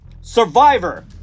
Survivor